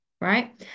right